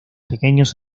pequeños